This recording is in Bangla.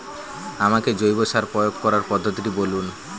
আমাকে জৈব সার প্রয়োগ করার পদ্ধতিটি বলুন?